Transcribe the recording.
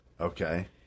Okay